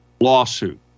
lawsuit